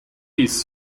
his